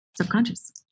subconscious